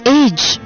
age